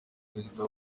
perezida